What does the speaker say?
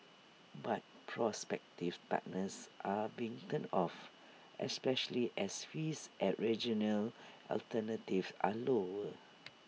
but prospective partners are being turned off especially as fees at regional alternatives are lower